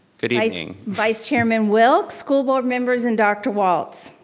good evening. vice chairman wilk, school board members and dr. walts.